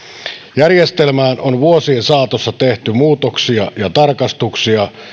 järjestelmään on vuosien saatossa tehty muutoksia ja tarkistuksia